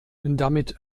damit